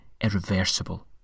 irreversible